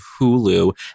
Hulu